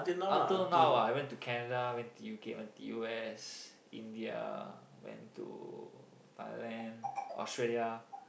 until now ah I went to Canada I went to U_K I went to U_S India went to Thailand Australia